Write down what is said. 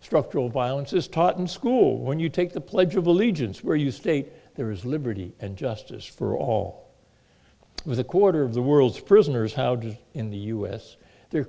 structural violence is taught in school when you take the pledge of allegiance where you state there is liberty and justice for all with a quarter of the world's prisoners how did in the us the